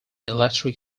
electric